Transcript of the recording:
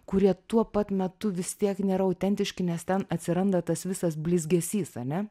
kurie tuo pat metu vis tiek nėra autentiški nes ten atsiranda tas visas blizgesys ane